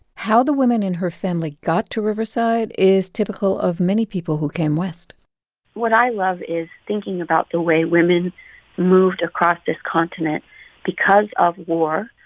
how the women in her family got to riverside is typical of many people who came west what i love is thinking about the way women moved across this continent because of war,